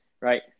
Right